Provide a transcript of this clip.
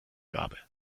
gabe